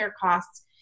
costs